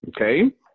Okay